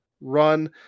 run